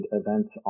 events